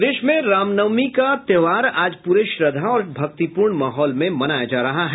प्रदेश में रामनवमी का त्योहार आज पूरे श्रद्धा और भक्तिपूर्ण माहौल में मनाया जा रहा है